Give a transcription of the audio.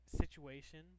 situation